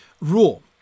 Rule